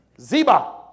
Ziba